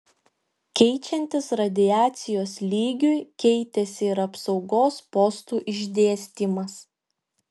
keičiantis radiacijos lygiui keitėsi ir apsaugos postų išdėstymas